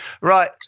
right